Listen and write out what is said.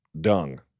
Dung